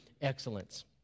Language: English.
excellence